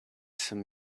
some